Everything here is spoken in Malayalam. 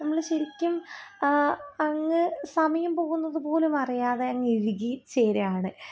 നമ്മൾ ശരിക്കും അങ്ങ് സമയം പോകുന്നതു പോലും അറിയാതെ അങ്ങ് ഇഴുകി ചേരാണ്